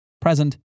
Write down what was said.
present